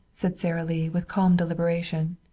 said sara lee with calm deliberation,